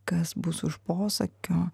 kas bus už posakio